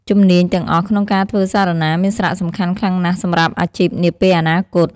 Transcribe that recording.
ជំនាញទាំងអស់ក្នុងការធ្វើសារណាមានសារៈសំខាន់ខ្លាំងណាស់សម្រាប់អាជីពនាពេលអនាគត។